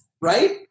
right